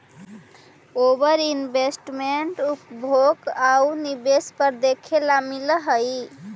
ओवर investment उपभोग आउ निवेश पर देखे ला मिलऽ हई